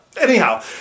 Anyhow